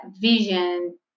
vision